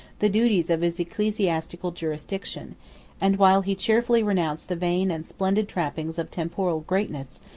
the duties of his ecclesiastical jurisdiction and while he cheerfully renounced the vain and splendid trappings of temporal greatness,